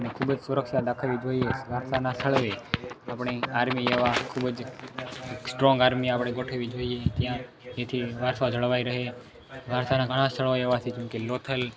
ખૂબ જ સુરક્ષા દાખવવી જોઈએ વારસાના સ્થળોએ આપણે આર્મી જેવા સ્ટ્રોંગ આર્મી આપણે ગોઠવવી જોઈએ ત્યાં જેથી વારસા જળવાઈ રહે વારસાનાં ઘણા સ્થળો એવા છે જેમકે લોથલ